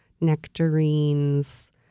nectarines